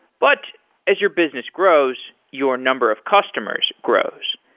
but as your business grows, your number of customers grows.